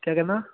ਕਿਆ ਕਹਿੰਦਾ